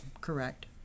Correct